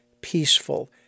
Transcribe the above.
peaceful